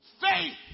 Faith